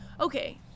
okay